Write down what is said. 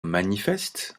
manifeste